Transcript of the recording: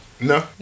No